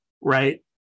right